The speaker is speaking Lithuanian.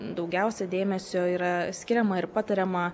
daugiausiai dėmesio yra skiriama ir patariama